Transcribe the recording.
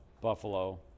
Buffalo